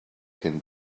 can